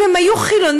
אם הם היו חילונים,